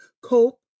cope